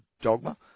dogma